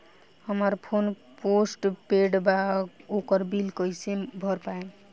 हमार phone postpaid बा ओकर बिल कईसे भर पाएम?